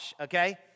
okay